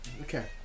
Okay